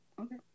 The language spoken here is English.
Okay